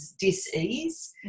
dis-ease